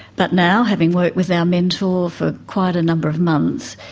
but now, having worked with our mentor for quite a number of months,